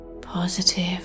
positive